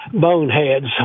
boneheads